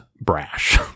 brash